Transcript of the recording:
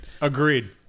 Agreed